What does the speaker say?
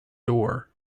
door